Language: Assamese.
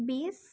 বিছ